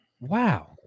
Wow